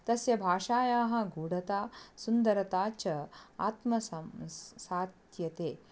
तस्य भाषायाः गूढता सुन्दरता च आत्मसात् साध्यते